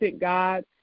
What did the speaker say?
God